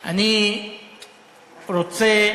אני מכיר אותו,